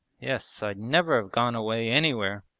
yes, i'd never have gone away anywhere.